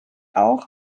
auch